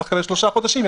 וצריך לקבל שלושה חודשים,